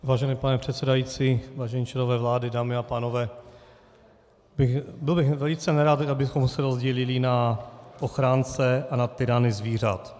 Vážený pane předsedající, vážení členové vlády, dámy a pánové, byl bych velice nerad, abychom se rozdělili na ochránce a na tyrany zvířat.